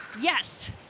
Yes